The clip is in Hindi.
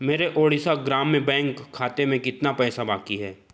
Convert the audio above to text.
मेरे ओडिशा ग्राम्य बैंक खाते में कितना पैसा बाकी है